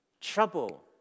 Trouble